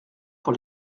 pour